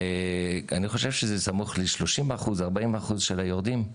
אני חושב שזה סמוך ל-30%-40% של היורדים.